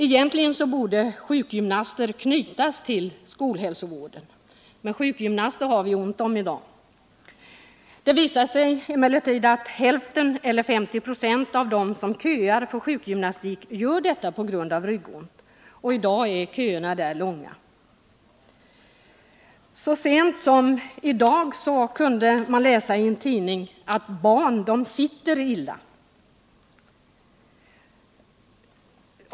Egentligen borde sjukgymnaster knytas till skolhälsovården, men sådana är det ont om i dag. 50 90 av alla som köar för sjukgymnastik gör detta på grund av ryggont, och i dag är köerna där långa. Så sent som i dag kan man i Svenska Dagbladet under rubriken IDAG läsa följande: ”Barn sitter ofta illa.